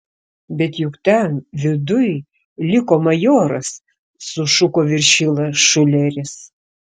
bet juk ten viduj liko majoras sušuko viršila šuleris